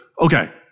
Okay